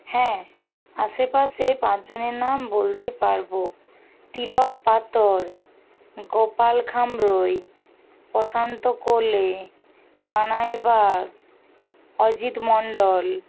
হ্যাঁ আশেপাশে পাঁচজনের নাম বলতে পারবো তিলক পাতর গোপাল খামরুই প্রশান্ত কোলে কানাই বাগ অজিত মণ্ডল